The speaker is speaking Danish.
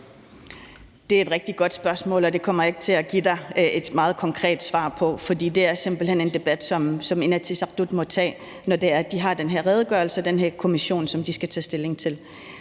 Det er et rigtig godt spørgsmål, og det kommer jeg ikke til at give dig et meget konkret svar på, for det er simpelt hen en debat, som Inatsisartut må tage, når de har den her redegørelse og den her kommission, som de skal tage stilling til.